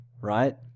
Right